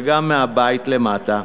וגם מהבית למטה,